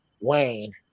Wayne